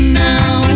now